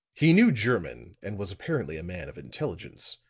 he knew german and was apparently a man of intelligence.